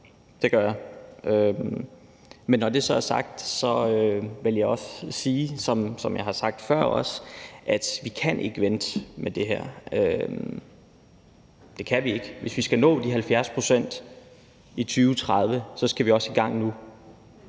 Det gør jeg. Men når det så er sagt, vil jeg også sige, som jeg også har sagt før: Vi kan ikke vente med det her. Det kan vi ikke. Hvis vi skal nå de 70 pct. i 2030, skal vi også i gang nu,